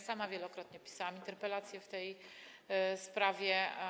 Sama wielokrotnie pisałam interpelacje w tej sprawie.